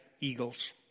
Eagles